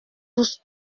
tous